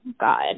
God